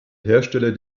hersteller